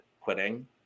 quitting